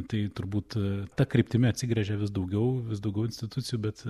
tai turbūt ta kryptimi atsigręžia vis daugiau vis daugiau institucijų bet